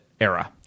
era